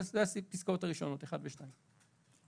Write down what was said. אלה הפסקאות הראשונות (1) ו-(2).